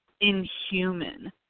inhuman